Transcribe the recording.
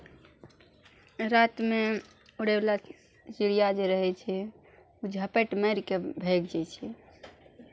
रातिमे उड़यवला चिड़िया जे रहै छै ओ झपटि मारि कऽ भागि जाइ छै